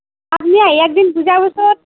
আপুনি আহি একদিন বুজাবচোন